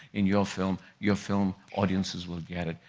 in your film, your film, audiences will get it.